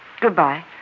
Goodbye